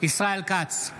ישראל כץ,